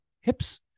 hips